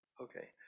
Okay